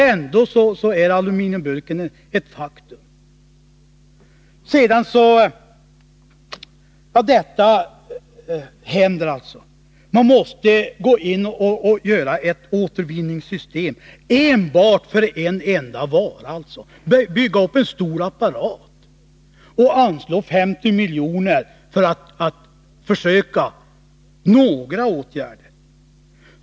Ändå är aluminiumburken ett faktum. Sedan måste man alltså gå in och göra ett återvinningssystem enbart för en enda vara, bygga upp en stor apparat och anslå 50 milj.kr. för att försöka med några åtgärder.